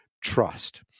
Trust